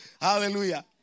Hallelujah